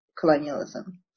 Colonialism